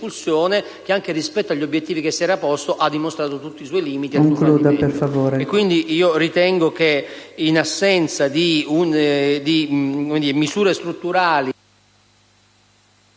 che, rispetto agli obiettivi che si era posto, ha dimostrato tutti i suoi limiti.